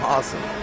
Awesome